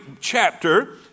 chapter